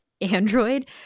android